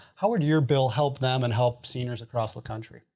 how would your bill help them and help seniors across the country?